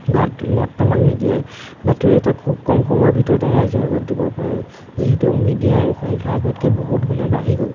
বা বৰ্তমান মিডিয়াই বাতৰি এটা খুব কম সময়ৰ ভিতৰতে ৰাইজৰ আগত দিব পাৰে যিহেতু মিডিয়াৰ সংখ্যা আগতকৈ বহুত গুণে বাঢ়ি গ'ল